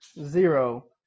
zero